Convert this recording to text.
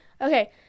Okay